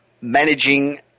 managing